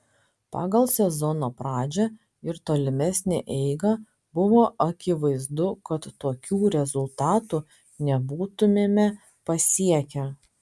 pagal sezono pradžią ir tolimesnę eigą buvo akivaizdu kad tokių rezultatų nebūtumėme pasiekę